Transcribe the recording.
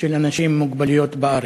של אנשים עם מוגבלויות בארץ.